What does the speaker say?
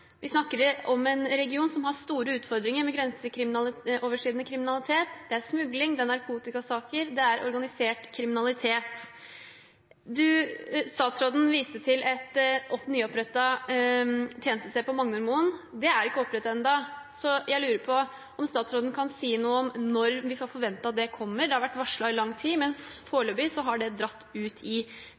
Vi snakker om en region som har store utfordringer med grenseoverskridende kriminalitet, det er smugling, narkotikasaker og organisert kriminalitet. Statsråden viste til et nyopprettet tjenestested på Magnormoen. Det er ikke opprettet enda, så jeg lurer på om statsråden kan si noe om når vi kan forvente at det kommer. Det har vært varslet i lang tid, men foreløpig har det dratt ut i